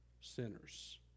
sinners